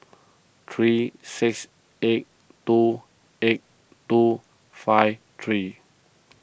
three six eight two eight two five three